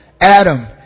Adam